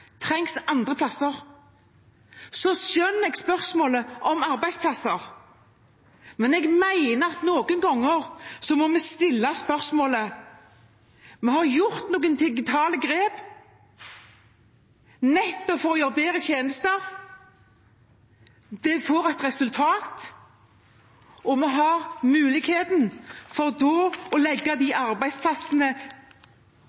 trengs andre plasser. Jeg skjønner spørsmålet om arbeidsplasser, men jeg mener at vi noen ganger må stille spørsmålet: Vi har tatt noen digitale grep nettopp for å få bedre tjenester. Det får et resultat, og vi har da muligheten til å legge de